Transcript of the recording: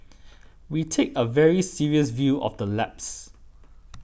we take a very serious view of the lapse